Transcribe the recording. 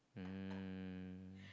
um